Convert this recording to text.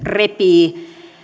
repii